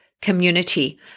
community